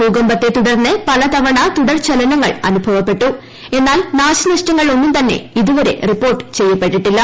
ഭൂകമ്പത്തെ തുടർന്ന് പലതവണ തുടർ ചലനങ്ങൾ അനുഭവപ്പെട്ടു എന്നാൽ നാശ്രയ്ഷ്ടങ്ങൾ ഒന്നുംതന്നെ ഇതുവരെ റിപ്പോർട്ട് ചെയ്യപ്പെട്ടിട്ടില്ല